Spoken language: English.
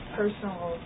personal